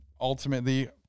ultimately